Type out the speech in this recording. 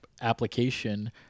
application